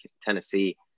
Tennessee